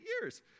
years